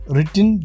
Written